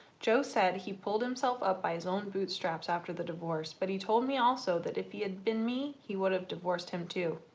joe said he pulled himself up by his own bootstraps after the divorce but he told me also that if he had been me he would have divorced him too.